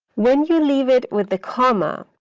when you leave it with the comma,